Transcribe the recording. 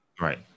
Right